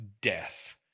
death